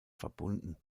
verbunden